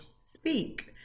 speak